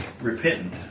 repentant